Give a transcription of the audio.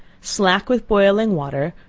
slack with boiling water,